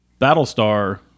Battlestar